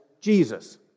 Jesus